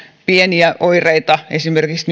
pieniä oireita on esimerkiksi